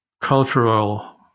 cultural